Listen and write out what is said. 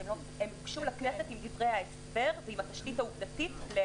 הן הוגשו לכנסת עם דברי ההסבר ועם התשתית העובדתית.